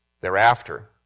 thereafter